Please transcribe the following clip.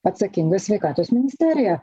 atsakinga sveikatos ministerija